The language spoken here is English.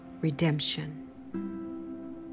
redemption